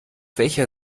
welcher